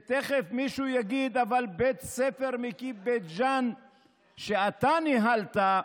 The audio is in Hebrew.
תכף מישהו יגיד: אבל בית ספר מקיף בית ג'ן שאתה ניהלת,